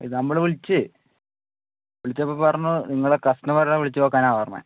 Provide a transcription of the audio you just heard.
ഇത് നമ്മള് വിളിച്ചു വിളിച്ചപ്പോള് പറഞ്ഞു നിങ്ങളെ കസ്റ്റമറിനെ വിളിച്ചുനോക്കാനാണ് പറഞ്ഞത്